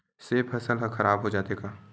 से फसल ह खराब हो जाथे का?